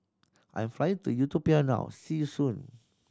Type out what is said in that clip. I'm flying to Ethiopia now see you soon